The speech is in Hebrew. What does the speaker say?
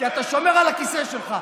כי אתה שומר על הכיסא שלך.